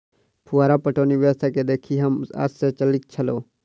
फुहार पटौनी व्यवस्था के देखि हम आश्चर्यचकित छलौं